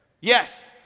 yes